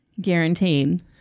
guaranteed